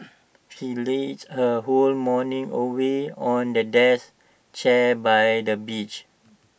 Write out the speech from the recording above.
she lazed her whole morning away on the deck chair by the beach